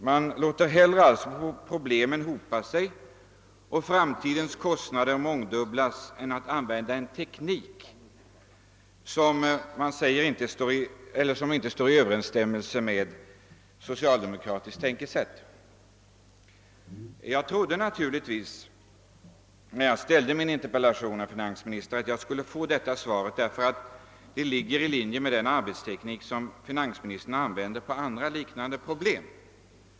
Regeringen låter alltså problemen hopa sig och framtidens kostnader mångdubblas hellre än att använda en teknik som inte står i överensstämmelse med socialdemokratiskt tänkesätt. När jag framställde min interpellation trodde jag givetvis, herr finansminister, att jag skulle få det svar jag nu fått. Det ligger ju helt i linje med den arbetsteknik som finansministern använder när det gäller andra, liknande problem.